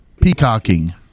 Peacocking